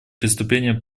преступления